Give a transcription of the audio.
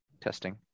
testing